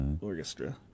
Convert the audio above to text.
Orchestra